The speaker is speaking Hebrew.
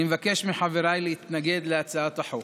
אני מבקש מחבריי להתנגד להצעת החוק.